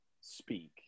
speak